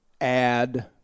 add